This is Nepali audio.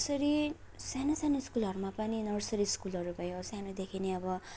यसरी साना साना स्कुलहरूमा पनि नर्सरी स्कुलहरू भयो सानोदेखि नै अब